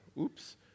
Oops